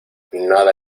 nada